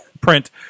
print